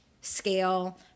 scale